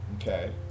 okay